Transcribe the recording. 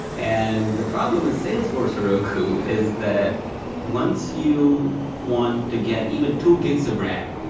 and the problem with salesforce heroku is that once you want to get even two gigs of ram,